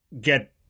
get